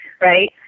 right